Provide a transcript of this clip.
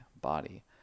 body